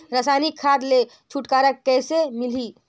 रसायनिक खाद ले छुटकारा कइसे मिलही?